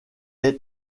est